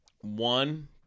one